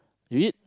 you eat